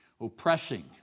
oppressing